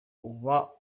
uba